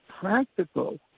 practical